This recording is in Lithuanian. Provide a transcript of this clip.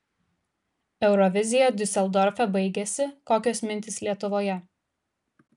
eurovizija diuseldorfe baigėsi kokios mintys lietuvoje